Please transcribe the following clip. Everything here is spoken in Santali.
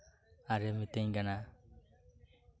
ᱟᱨᱮ ᱢᱤᱛᱟᱹᱧ ᱠᱟᱱᱟ